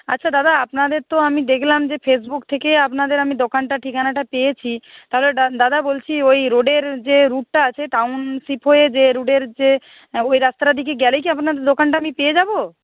আচ্ছা দাদা আপনাদের তো আমি দেখলাম যে ফেসবুক থেকেই আপনাদের আমি দোকানটার ঠিকানাটা পেয়েছি তাহলে দাদা বলছি ওই রোডের যে রুটটা আছে টাউনশিপ হয়ে যে রোডের যে ওই রাস্তাটা দিকে গেলেই কি আপনাদের দোকানটা আমি পেয়ে যাব